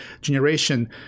generation